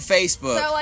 Facebook